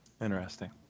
Interesting